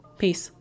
peace